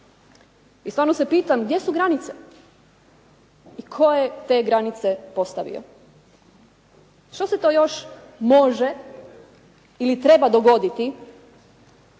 I stvarno se pitam gdje su granice i tko je te granice postavio? Što se to još može ili treba dogoditi